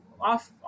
off